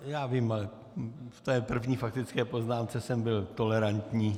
Já vím, ale v té první faktické poznámce jsem byl tolerantní.